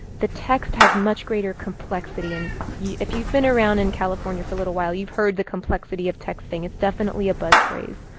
the text has much greater complexity. and yeah if you've been around in california for a little while, you've heard the complexity of texting. it's definitely a buzz phrase.